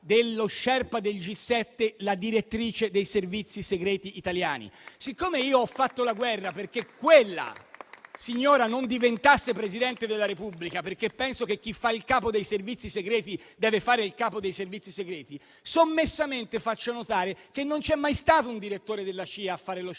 dello sherpa del G7 la direttrice dei servizi segreti italiani. Siccome io ho fatto la guerra perché quella signora non diventasse Presidente della Repubblica, perché penso che chi fa il capo dei servizi segreti deve fare il capo dei servizi segreti, sommessamente faccio notare che non c'è mai stato un direttore della CIA a fare lo sherpa